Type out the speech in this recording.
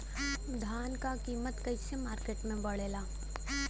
धान क कीमत कईसे मार्केट में बड़ेला?